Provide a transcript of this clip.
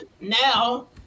now